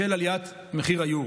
בשל עליית מחיר היורו.